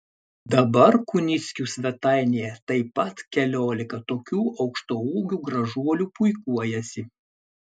dabar kunickių svetainėje taip pat keliolika tokių aukštaūgių gražuolių puikuojasi